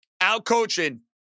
out-coaching